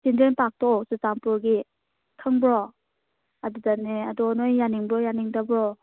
children ꯄꯥꯛꯇꯣ ꯆꯨꯔꯆꯥꯟꯄꯨꯔꯒꯤ ꯈꯪꯕ꯭ꯔꯣ ꯑꯗꯨꯗꯅꯦ ꯑꯗꯣ ꯅꯣꯏ ꯌꯥꯅꯤꯡꯕꯔꯣ ꯌꯥꯅꯤꯡꯗꯕ꯭ꯔꯣ